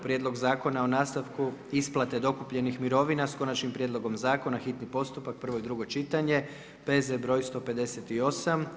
Prijedlog zakona o nastavku isplate dokupljenih mirovina s konačnim prijedlogom zakona, hitni postupak, prvo i drugo čitanje, P.Z. br. 158.